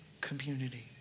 community